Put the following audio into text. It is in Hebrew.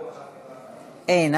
אין.